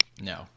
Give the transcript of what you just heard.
No